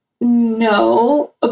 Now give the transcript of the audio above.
no